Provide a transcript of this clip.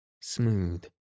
smooth